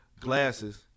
glasses